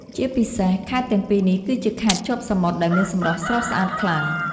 ជាពិសេស ខេត្តទាំងពីរនេះគឺជាខេត្តជាប់សមុទ្រដែលមានសម្រស់ស្រស់ស្អាតខ្លាំង។